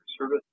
service